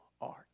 art